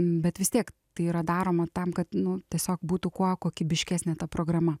bet vis tiek tai yra daroma tam kad nu tiesiog būtų kuo kokybiškesnė ta programa